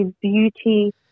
beauty